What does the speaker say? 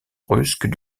brusque